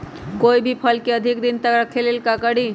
कोई भी फल के अधिक दिन तक रखे के लेल का करी?